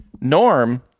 norm